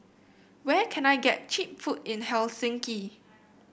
where can I get cheap food in Helsinki